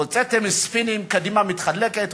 הוצאתם ספינים: קדימה מתחלקת,